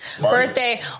birthday